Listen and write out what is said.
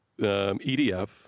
EDF